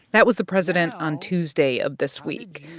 that was the president on tuesday of this week.